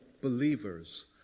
believers